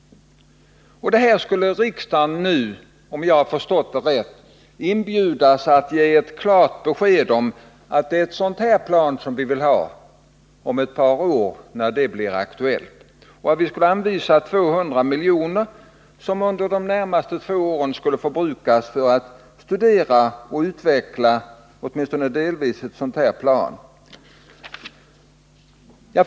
Nu skulle riksdagen, om jag har förstått rätt, inbjudas att ge ett klart besked om att det är ett sådant här plan vi vill ha om ett par år när det blir aktuellt, och vi skulle anvisa 200 miljoner som under de närmaste två åren får förbrukas för att studera och, åtminstone delvis, utveckla ett sådant plan.